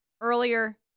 earlier